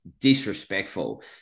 disrespectful